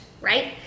right